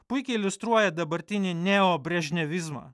puikiai iliustruoja dabartinį neobrežnevizmą